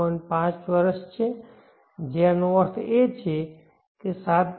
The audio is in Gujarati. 5 વર્ષ છે જેનો અર્થ છે કે7